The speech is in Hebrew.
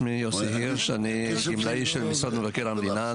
אני גמלאי של משרד מבקר המדינה,